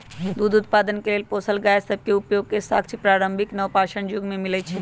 दूध उत्पादन के लेल पोसल गाय सभ के उपयोग के साक्ष्य प्रारंभिक नवपाषाण जुग में मिलइ छै